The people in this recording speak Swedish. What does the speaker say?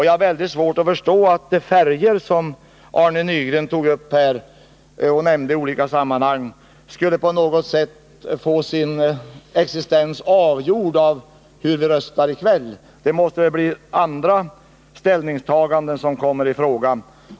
Jag har mycket svårt att förstå att de färjor Arne Nygren nämnde på något sätt skulle få sin existens avgjord av hur vi röstar i kväll. Det måste bli andra ställningstaganden som kommer i fråga.